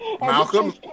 Malcolm